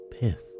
pith